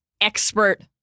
expert